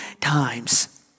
times